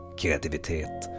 kreativitet